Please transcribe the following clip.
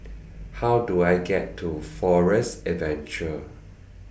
How Do I get to Forest Adventure